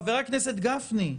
חבר הכנסת גפני,